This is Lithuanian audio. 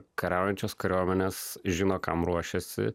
kariaujančios kariuomenės žino kam ruošėsi